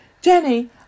Jenny